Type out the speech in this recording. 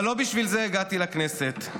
אבל לא בשביל זה הגעתי לכנסת.